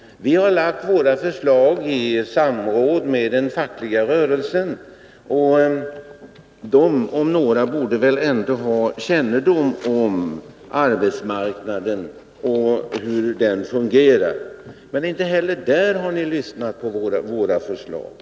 Vi har lagt fram våra förslag i samråd med den fackliga rörelsen, som ju borde ha kännedom om arbetsmarknaden och dess funktion. Men inte heller härvidlag har ni lyssnat på våra förslag.